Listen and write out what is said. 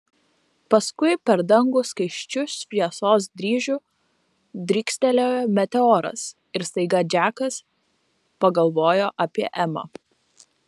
paskui per dangų skaisčiu šviesos dryžiu drykstelėjo meteoras ir staiga džekas pagalvojo apie emą